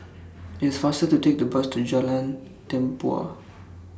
IT IS faster to Take The Bus to Jalan Tempua